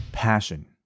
passion